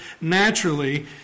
naturally